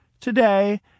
Today